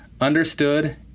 understood